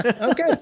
okay